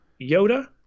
Yoda